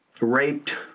raped